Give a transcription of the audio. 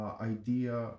idea